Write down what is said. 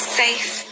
safe